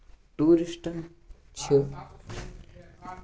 ٹوٗرِسٹن چھِ واریاہَن